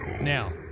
Now